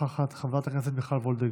חברת הכנסת עאידה תומא סלימאן,